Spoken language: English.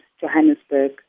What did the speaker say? Johannesburg